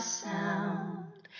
sound